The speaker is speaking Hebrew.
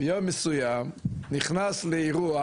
יום מסוים נכנס לאירוע